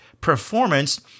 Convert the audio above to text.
performance